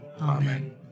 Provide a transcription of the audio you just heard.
Amen